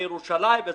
מירושלים וכו'.